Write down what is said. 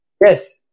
yes